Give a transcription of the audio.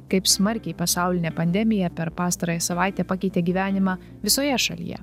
kaip smarkiai pasaulinė pandemija per pastarąją savaitę pakeitė gyvenimą visoje šalyje